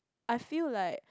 I feel like